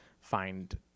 find